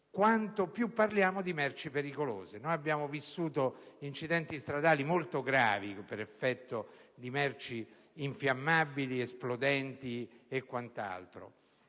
elemento - se parliamo di merci pericolose. Abbiamo vissuto incidenti stradali molto gravi per effetto di merci infiammabili, esplodenti e quant'altro